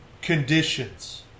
conditions